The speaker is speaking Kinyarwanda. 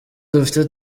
dufite